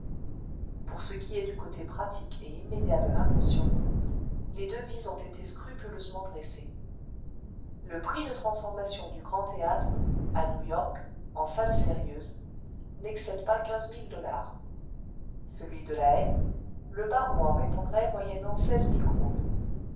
pour ce qui est du côté pratique et immédiat de l'invention les devis ont été scrupuleusement dressés le prix de transformation du grand théâtre à new-york en salle sérieuse n'excède pas quinze mille dollars celui de la haye le baron en répondrait moyennant